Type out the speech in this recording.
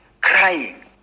crying